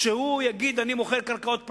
שהוא יגיד: אני מוכר קרקעות,